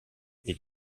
est